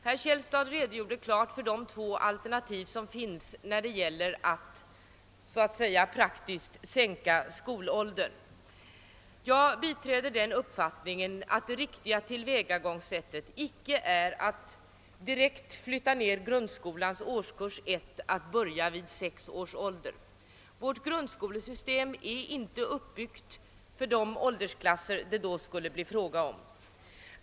Herr Källstad redogjorde för de två alternativ som finns när det gäller att -. så att säga praktiskt sänka skolåldern. Jag biträder den uppfattningen att det riktiga tillvägagångssättet icke är att direkt låta grundskolans årskurs 1 påbörjas vid sex års ålder; vårt grundskolesystem är inte uppbyggt för de åldersklasser det då skulle bli fråga om.